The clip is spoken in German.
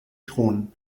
thron